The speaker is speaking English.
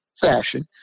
fashion